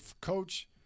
coach